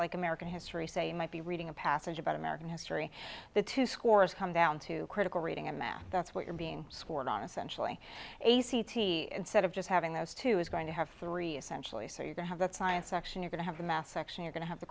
like american history say you might be reading a passage about american history the two scores come down to critical reading and math that's what you're being scored on essentially a c t instead of just having those two is going to have three essentially so you don't have that science section are going to have the math section you're going to have the